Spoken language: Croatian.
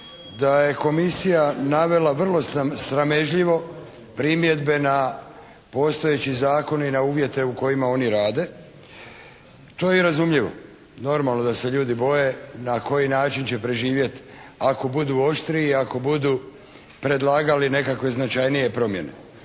da je Komisija navela vrlo sramežljivo primjedbe na postojeći zakon i na uvjete u kojima oni rade. To je i razumljivo. Normalno da se ljudi boje na koji način će preživjeti ako budu oštriji i ako budu predlagali nekakve značajnije promjene.